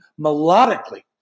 melodically